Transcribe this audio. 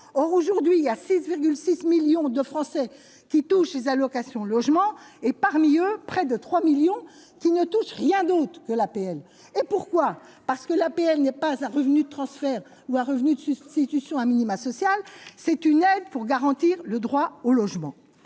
or aujourd'hui, il y a 6,6 millions de Français qui touchent les allocations logement et parmi eux, près de 3 millions qui ne touchent rien d'autre que l'APL et pourquoi, parce que la paix, elle n'est pas un revenu de transfert ou à revenu de substitution a minima social, c'est une aide pour garantir le droit au logement,